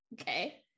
Okay